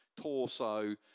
torso